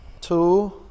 two